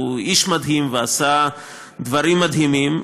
הוא איש מדהים שעשה דברים מדהימים,